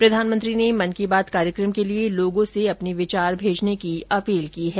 प्रधानमंत्री ने मन की बात कार्यक्रम के लिए लोगों से अपने विचार भेजने की अपील की है